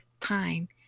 time